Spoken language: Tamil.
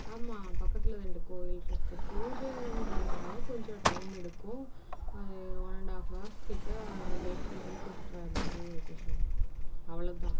ஆமாம் பக்கத்தில் ரெண்டு கோயிலிருக்கு பூஜைங்ன்றதுனால கொஞ்சம் டைம் எடுக்கும் ஒன் அண்ட் ஆஃப் ஹவர்ஸ்கிட்ட வெயிட் பண்ணி கூட்டிகிட்டு வர மாதிரிருக்கும் சார் அவ்வளோ தான்